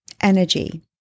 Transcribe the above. energy